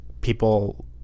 people